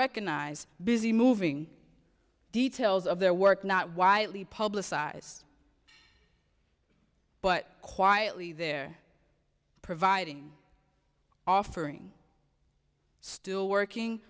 recognised busy moving details of their work not widely publicized but quietly there providing offering still working